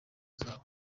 zabo